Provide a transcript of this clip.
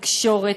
תקשורת,